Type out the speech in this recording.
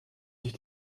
sich